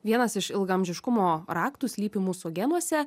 vienas iš ilgaamžiškumo raktų slypi mūsų genuose